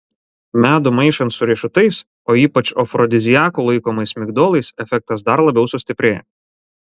medų maišant su riešutais o ypač afrodiziaku laikomais migdolais efektas dar labiau sustiprėja